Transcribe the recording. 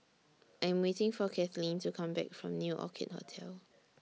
I Am waiting For Kathlyn to Come Back from New Orchid Hotel